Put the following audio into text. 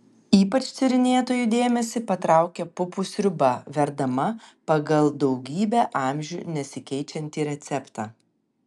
ypač tyrinėtojų dėmesį patraukė pupų sriuba verdama pagal daugybę amžių nesikeičiantį receptą